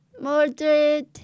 Mordred